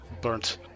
Burnt